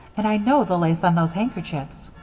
and i know the lace on those handkerchiefs.